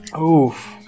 Oof